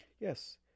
Yes